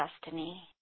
Destiny